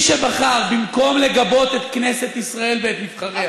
במקום לגבות את כנסת ישראל ואת נבחריה,